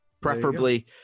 Preferably